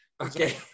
Okay